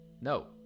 No